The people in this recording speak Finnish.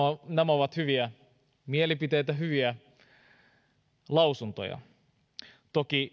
ovat hyviä mielipiteitä hyviä lausuntoja toki